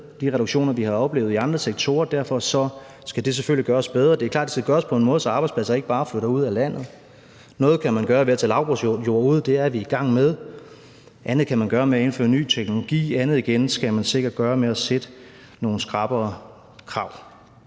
de reduktioner, vi har oplevet i andre sektorer. Derfor skal det selvfølgelig gøres bedre. Det er klart, at det skal gøres på en måde, så arbejdspladser ikke bare flytter ud af landet. Noget kan man gøre ved at tage lavbundsjord ud – det er vi i gang med – og andet kan man gøre ved at indføre ny teknologi. Andet igen skal man sikkert gøre ved at stille nogle skrappere krav.